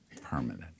permanent